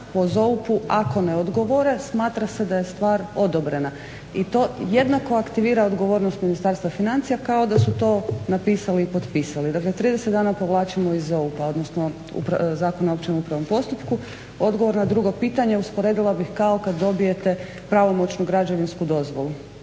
po ZOUP-u ako ne odgovore smatra se da je stvar odobrena i to jednako aktivira odgovornost Ministarstva financija kao da su to napisali i potpisali. Dakle, 30 dana povlačimo iz ZOUP-a. Odgovor na drugo pitanje usporedila bih kao kada dobijete pravomoćnu građevinsku dozvolu.